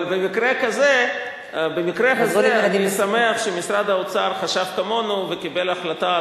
אבל במקרה הזה אני שמח שמשרד האוצר חשב כמונו וקיבל החלטה,